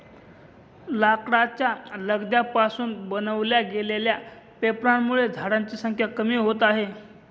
लाकडाच्या लगद्या पासून बनवल्या गेलेल्या पेपरांमुळे झाडांची संख्या कमी होते आहे